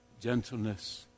gentleness